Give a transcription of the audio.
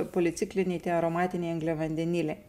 policikliniai tie aromatiniai angliavandeniliai